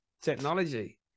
technology